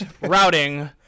routing